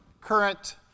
current